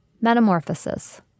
metamorphosis